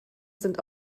sind